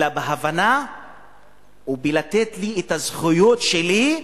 אלא בהבנה ובלתת לי את הזכויות שלי,